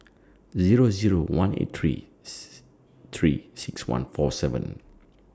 Zero Zero one eight three three six one four seven